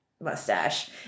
mustache